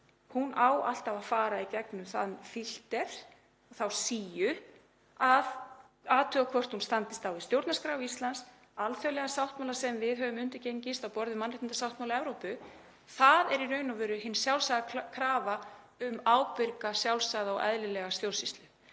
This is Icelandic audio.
ætti alltaf að fara í gegnum þann filter, þá síu, að það sé skoðað hvort hún stangist á við stjórnarskrá Íslands og alþjóðlega sáttmála sem við höfum undirgengist, á borð við mannréttindasáttmála Evrópu. Það er hin sjálfsagða krafa um ábyrga, sjálfsagða og eðlilega stjórnsýslu